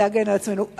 להגן על עצמנו.